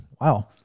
wow